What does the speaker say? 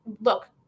look